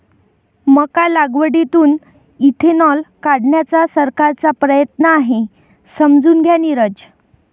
मका लागवडीतून इथेनॉल काढण्याचा सरकारचा प्रयत्न आहे, समजून घ्या नीरज